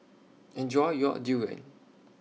Enjoy your Durian